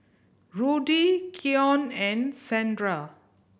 Rudy Keion and Shandra